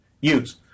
use